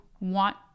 want